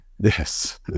yes